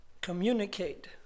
communicate